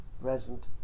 present